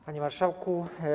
Panie Marszałku!